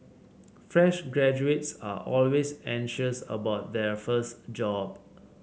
fresh graduates are always anxious about their first job